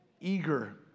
eager